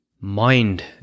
mind